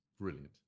brilliant